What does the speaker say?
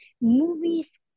movies